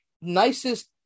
Nicest